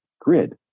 grid